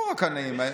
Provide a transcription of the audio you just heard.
לא רק העניים מגיעים.